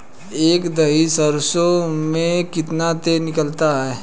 एक दही सरसों में कितना तेल निकलता है?